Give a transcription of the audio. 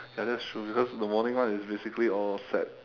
ya that's true because the morning one is basically all set